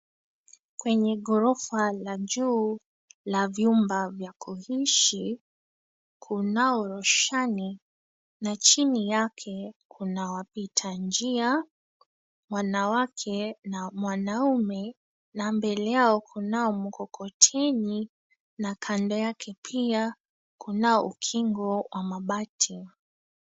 Kwenye gorofa la juu la vyumba vya kuishi kunao roshani na chini yake kuna wapita njia wanawake na mwanaume na mbele yao kunao mkokoteni na kando yake pia kunao ukingo wa mabati.